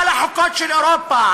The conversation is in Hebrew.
כל החוקות של אירופה,